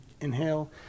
inhale